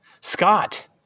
Scott